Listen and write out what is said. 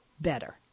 better